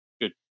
good